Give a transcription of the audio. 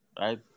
Right